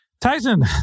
tyson